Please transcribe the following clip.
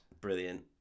Brilliant